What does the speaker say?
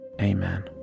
Amen